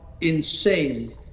insane